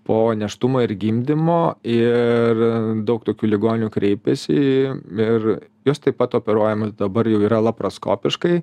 po nėštumo ir gimdymo ir daug tokių ligonių kreipiasi ir jos taip pat operuojamos dabar jau yra lapraskopiškai